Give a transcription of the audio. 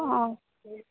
অঁ